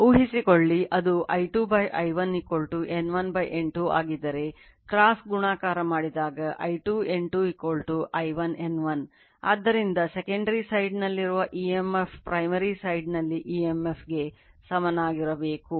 ಊಹಿಸಿಕೊಳ್ಳಿ ಅದು I2 I1 N1 N2 ಆಗಿದ್ದರೆ cross ನಲ್ಲಿ emf ಗೆ ಸಮನಾಗಿರಬೇಕು